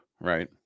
right